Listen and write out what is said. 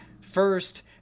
first